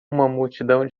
multidão